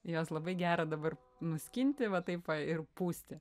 juos labai gera dabar nuskinti va taip va ir pūsti